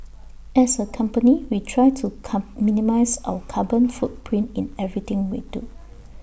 as A company we try to come minimise our carbon footprint in everything we do